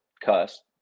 cuss